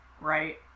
right